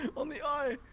and on the eye!